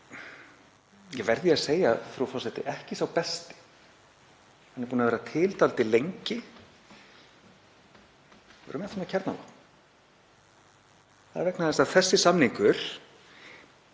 er, verð ég að segja, frú forseti, ekki sá besti. Hann er búinn að vera til dálítið lengi. Það er vegna þess að þessi samningur